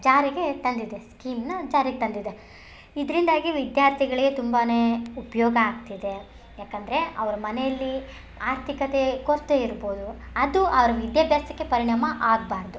ಜಾರಿಗೆ ತಂದಿದೆ ಸ್ಕೀಮನ್ನ ಜಾರಿಗೆ ತಂದಿದೆ ಇದರಿಂದಾಗಿ ವಿದ್ಯಾರ್ಥಿಗಳಿಗೆ ತುಂಬಾ ಉಪಯೋಗ ಆಗ್ತಿದೆ ಯಾಕೆಂದ್ರೆ ಅವ್ರ ಮನೇಲಿ ಆರ್ಥಿಕತೆ ಕೊರತೆ ಇರ್ಬೋದು ಅದು ಅವ್ರ ವಿದ್ಯಾಭ್ಯಾಸಕ್ಕೆ ಪರಿಣಾಮ ಆಗಬಾರ್ದು